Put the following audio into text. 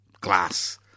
glass